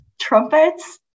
trumpets